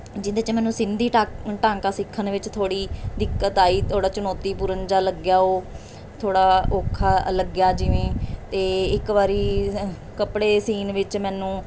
ਜਿਹਦੇ 'ਚ ਮੈਨੂੰ ਸਿੰਧੀ ਟਾ ਟਾਂਕਾ ਸਿੱਖਣ ਵਿੱਚ ਥੋੜ੍ਹੀ ਦਿੱਕਤ ਆਈ ਥੋੜ੍ਹਾ ਚੁਣੌਤੀਪੂਰਨ ਜਿਹਾ ਲੱਗਿਆ ਉਹ ਥੋੜ੍ਹਾ ਔਖਾ ਲੱਗਿਆ ਜਿਵੇਂ ਅਤੇ ਇੱਕ ਵਾਰ ਕੱਪੜੇ ਸਿਉਣ ਵਿੱਚ ਮੈਨੂੰ